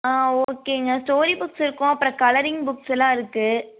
ஆ ஓகேங்க story books இருக்கும் அப்புறம் கலரிங் புக்ஸ் எல்லாம் இருக்கு